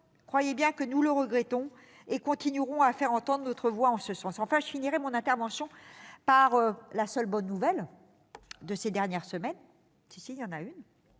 Croyez bien que nous le regrettons et continuerons à faire entendre notre voix en ce sens. Enfin, je finirai mon intervention par la seule bonne nouvelle de ces dernières semaines. Eh oui, il y a tout